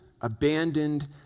abandoned